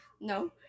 No